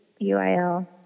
UIL